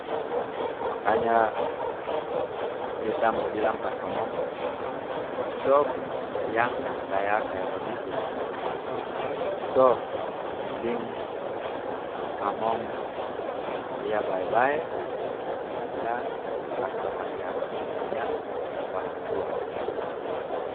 Makanya, beta mau bilang para kamong, i'stop yang kaya-kaya bagitu stop! Mending, kamong kulia bae-bae, laa kas bahagia komong punya orang tua.